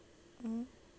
mm